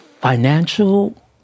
financial